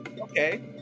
okay